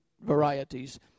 varieties